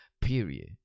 period